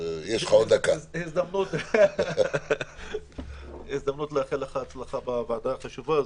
זו הזדמנות לאחל לך הצלחה בוועדה החשוב הזו.